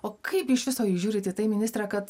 o kaip iš viso jūs žiūrit į tai ministrą kad